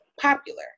popular